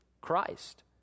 Christ